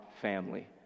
family